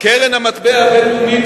קרן המטבע הבין-לאומית,